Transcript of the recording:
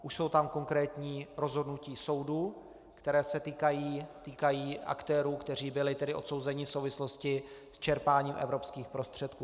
Už jsou tam konkrétní rozhodnutí soudu, která se týkají aktérů, kteří byli odsouzeni v souvislosti s čerpáním evropských prostředků.